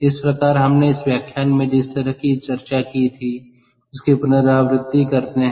इस प्रकार हमने इस व्याख्यान में जिस तरह की चर्चा की थी उसकी पुनरावृत्ति करते हैं